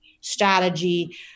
strategy